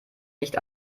nicht